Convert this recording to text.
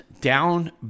down